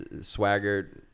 swaggered